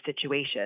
situation